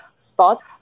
Spot